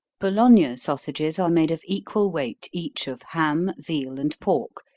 bologna sausages are made of equal weight each, of ham, veal, and pork,